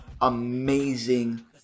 amazing